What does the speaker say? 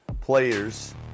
players